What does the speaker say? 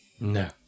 No